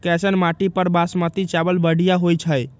कैसन माटी पर बासमती चावल बढ़िया होई छई?